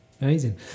Amazing